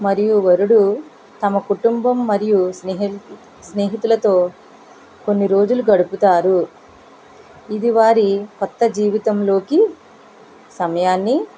మరియు వరుడు తమ కుటుంబం మరియు స్నేహి స్నేహితులతో కొన్ని రోజులు గడుపుతారు ఇది వారి కొత్త జీవితంలోకి సమయాన్ని